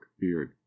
beard